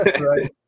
right